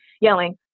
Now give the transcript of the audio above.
yelling